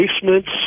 basements